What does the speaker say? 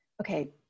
Okay